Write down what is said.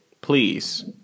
please